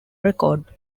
record